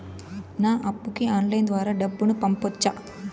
నా అప్పుకి ఆన్లైన్ ద్వారా డబ్బును పంపొచ్చా